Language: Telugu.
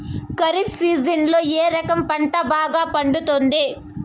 ఖరీఫ్ సీజన్లలో ఏ రకం పంట బాగా పండుతుంది